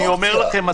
אני אומר לכם,